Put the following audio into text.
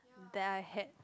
that I had